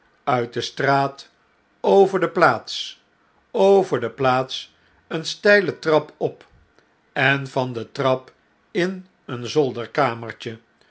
uit de straat over de plaats over de plaats eene steile trap op en van de trap in een